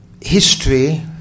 history